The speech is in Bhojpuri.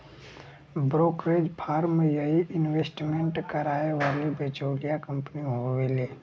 ब्रोकरेज फर्म यही इंवेस्टमेंट कराए वाली बिचौलिया कंपनी हउवे